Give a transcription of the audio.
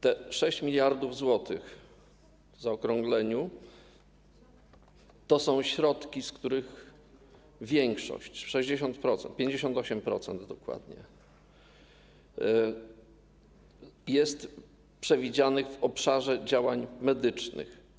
Te 6 mld zł w zaokrągleniu to są środki, z których większość, 60%, 58% dokładnie, jest przewidziana w obszarze działań medycznych.